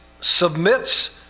submits